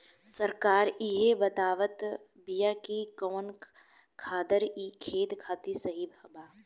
सरकार इहे बतावत बिआ कि कवन खादर ई खेत खातिर सही बा